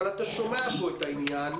אבל אתה שומע פה את העניין,